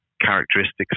characteristics